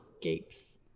gapes